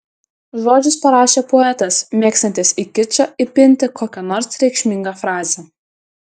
žodžius parašė poetas mėgstantis į kičą įpinti kokią nors reikšmingą frazę